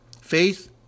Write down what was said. faith